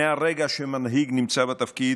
מהרגע שמנהיג נמצא בתפקיד,